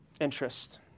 interest